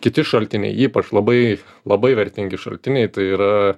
kiti šaltiniai ypač labai labai vertingi šaltiniai tai yra